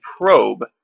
probe